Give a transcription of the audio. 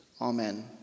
Amen